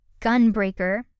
Gunbreaker